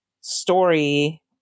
story